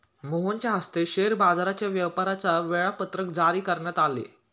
मोहनच्या हस्ते शेअर बाजाराच्या व्यापाराचे वेळापत्रक जारी करण्यात आले